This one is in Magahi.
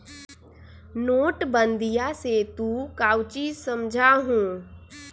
नोटबंदीया से तू काउची समझा हुँ?